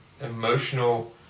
emotional